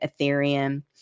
Ethereum